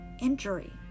injury